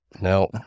No